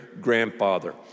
grandfather